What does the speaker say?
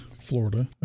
Florida